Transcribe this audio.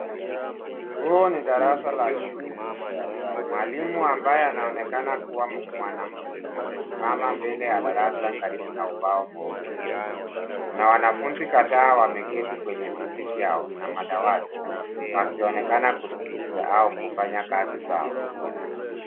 Huu ni darasa la shule. Mwalimu ambaye anaonekana kuwa mwanamke amesimama mbele ya darasa karibu na ubao mweupe. Kuna wanafunzi kadhaa wameketi kwenye viti vyao na madawati wakionekana kusikiliza au kufanya kazi sawa.